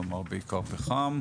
נאמר בעיקר פחם,